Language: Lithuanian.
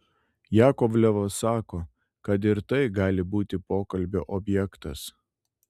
jakovlevas sako kad ir tai gali būti pokalbio objektas